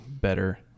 better